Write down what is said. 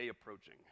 approaching